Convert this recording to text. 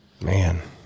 man